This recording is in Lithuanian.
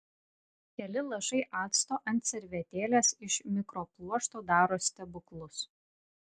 keli lašai acto ant servetėlės iš mikropluošto daro stebuklus